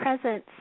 presence